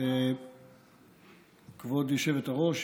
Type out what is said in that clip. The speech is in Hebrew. כבוד היושבת-ראש